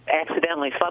accidentally